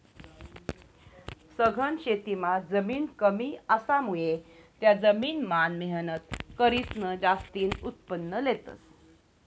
सघन शेतीमां जमीन कमी असामुये त्या जमीन मान मेहनत करीसन जास्तीन उत्पन्न लेतस